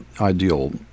ideal